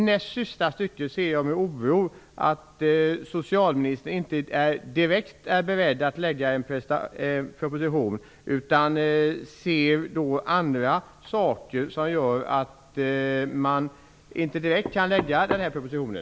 I näst sista stycket i det skriftliga svaret framgår att socialministern inte är direkt beredd att lägga en proposition, utan att det finns andra aspekter som gör att man inte direkt kan lägga fram den här propositionen.